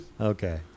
okay